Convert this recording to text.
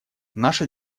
наша